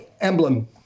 emblem